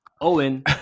Owen